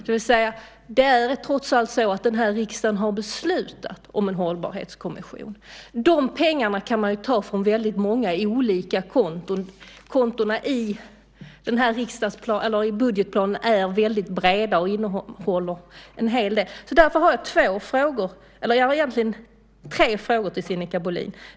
Det är trots allt så att den här riksdagen har beslutat om en hållbarhetskommission. De pengarna kan man ju ta från väldigt många olika konton. Kontona i budgetplanen är väldigt breda och innehåller en hel del. Därför har jag egentligen tre frågor till Sinikka Bohlin.